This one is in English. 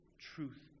truth